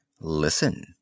Listen